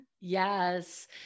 Yes